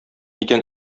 икән